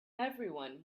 everyone